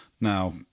Now